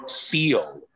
feel